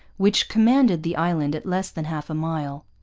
which commanded the island at less than half a mile.